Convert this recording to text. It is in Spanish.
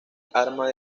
arma